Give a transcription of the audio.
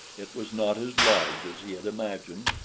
it was not as large as he had imagined,